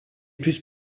plus